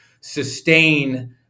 sustain